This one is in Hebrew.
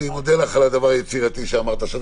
אני מודה לך על הדבר היצירתי שאמרת עכשיו...